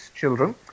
children